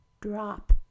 drop